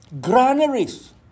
Granaries